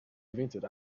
invented